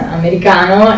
americano